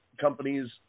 companies